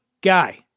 guy